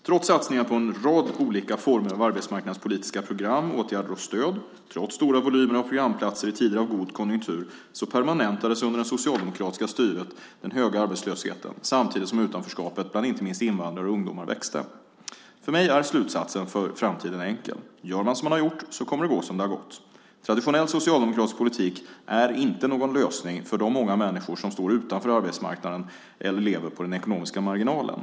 Trots satsningar på en rad olika former av arbetsmarknadspolitiska program, åtgärder och stöd, trots stora volymer av programplatser i tider av god konjunktur, så permanentades under det socialdemokratiska styret den höga arbetslösheten samtidigt som utanförskapet bland inte minst invandrare och ungdomar växte. För mig är slutsatsen för framtiden enkel. Gör man som man har gjort så kommer det att gå det som det har gått. Traditionell socialdemokratisk politik är inte någon lösning för de många människor som står utanför arbetsmarknaden eller lever på den ekonomiska marginalen.